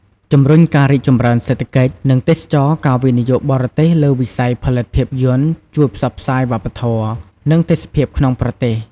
ជំរុញការរីកចម្រើនសេដ្ឋកិច្ច និងទេសចរណ៍ការវិនិយោគបរទេសលើវិស័យផលិតភាពយន្តជួយផ្សព្វផ្សាយវប្បធម៌ និងទេសភាពក្នុងប្រទេស។